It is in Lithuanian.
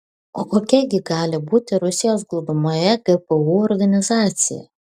o kokia gi gali būti rusijos glūdumoje gpu organizacija